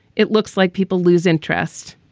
it looks like people lose interest.